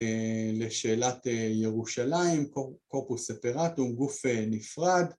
‫לשאלת ירושלים, ‫קורפוס ספרטום, גוף נפרד.